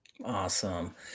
Awesome